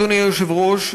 אדוני היושב-ראש,